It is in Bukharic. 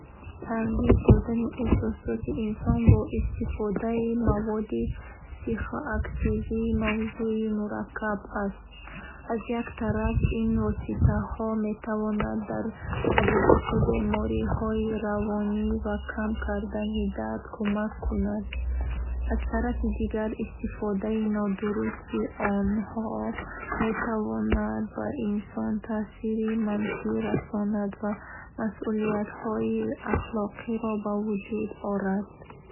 Тағйир додани эҳсосоти инсон бо истифодаи маводи психоактивӣ мавзӯи мураккаб ва баҳсбарангез аст. Аз як тараф, ин воситаҳо метавонанд дар табобати бемориҳои равонӣ ва кам кардани дард кӯмак кунанд. Аз тарафи дигар, истифодаи нодурусти онҳо метавонад ба инсон таъсири манфӣ расонад ва масъулиятҳои ахлоқиро ба вуҷуд орад.